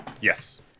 Yes